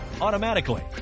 Automatically